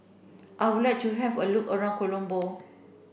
I would like to have a look around Colombo